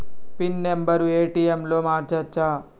Pin number ATM లో మార్చచ్చా?